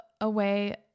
away